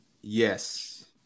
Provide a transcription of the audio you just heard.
yes